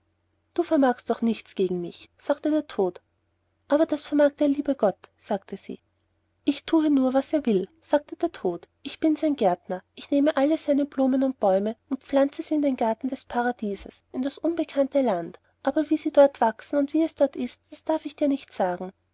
du vermagst doch nichts gegen mich sagte der tod aber das vermag der liebe gott sagte sie ich thue nur was er will sagte der tod ich bin sein gärtner ich nehme alle seine blumen und bäume und verpflanze sie in den garten des paradieses in das unbekannte land aber wie sie dort wachsen und wie es dort ist das darf ich dir nicht sagen